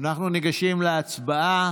אנחנו ניגשים להצבעה.